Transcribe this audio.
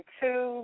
two